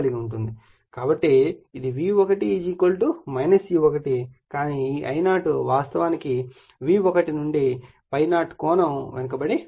కాబట్టి ఇది V1 E1 సరే కానీ ఈ I0 వాస్తవానికి V1 నుండి∅0 కోణం వెనుకబడి ఉంది